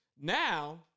Now